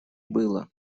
было